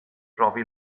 brofi